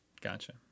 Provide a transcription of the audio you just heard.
Gotcha